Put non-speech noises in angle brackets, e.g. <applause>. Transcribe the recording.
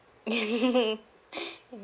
<laughs>